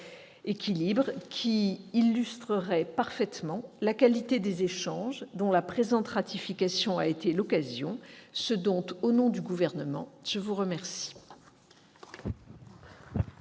illustrerait parfaitement la qualité des échanges, dont la présente ratification a été l'occasion, ce dont, au nom du Gouvernement, je vous remercie.